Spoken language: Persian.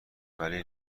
ولی